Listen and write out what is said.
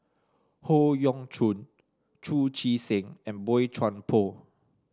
Howe Yoon Chong Chu Chee Seng and Boey Chuan Poh